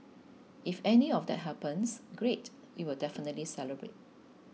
if any of that happens great we will definitely celebrate